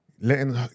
letting